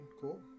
cool